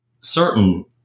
certain